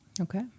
Okay